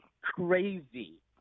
crazy